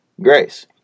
grace